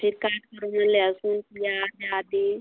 फिर काटकर ओह में लहसुन प्याज़ आदि